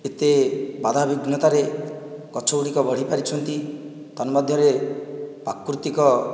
ଏତେ ବାଧା ବିଘ୍ନତାରେ ଗଛଗୁଡ଼ିକ ବଢ଼ିପାରିଛନ୍ତି ତନ୍ମଧ୍ୟରେ ପ୍ରାକୃତିକ